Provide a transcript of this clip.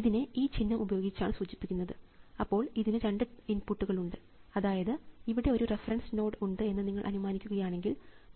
ഇതിനെ ഈ ചിഹ്നം ഉപയോഗിച്ചാണ് സൂചിപ്പിക്കുന്നത് അപ്പോൾ ഇതിന് രണ്ട് ഇൻപുട്ടുകൾ ഉണ്ട് അതായത് ഇവിടെ ഒരു റഫറൻസ് നോഡ് ഉണ്ട് എന്ന് നിങ്ങൾ അനുമാനിക്കുകയാണെങ്കിൽ